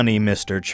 Mr